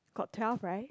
got twelve right